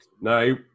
No